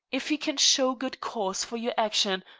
if you can show good cause for your action,